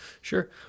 Sure